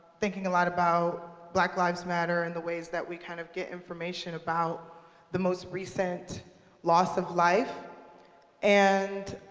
thinking a lot about black lives matter and the ways that we kind of get information about the most recent loss of life and